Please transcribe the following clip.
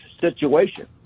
situation